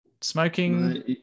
Smoking